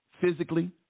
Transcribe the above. physically